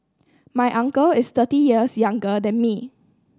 my uncle is thirty years younger than me